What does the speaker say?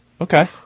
Okay